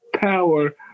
Power